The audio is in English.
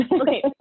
Okay